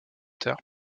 tard